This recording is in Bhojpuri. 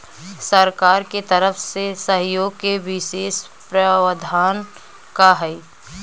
सरकार के तरफ से सहयोग के विशेष प्रावधान का हई?